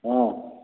हँ